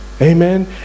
Amen